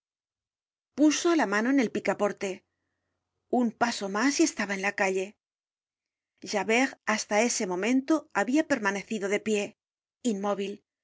puso la man a en el picaporte un paso mas y estaba en la calle javert hasta este momento habia permanecido de pie inmóvil con